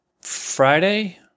Friday